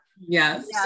Yes